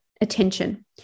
attention